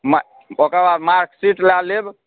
ओकर बाद मार्कशीट लऽ लेब